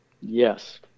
Yes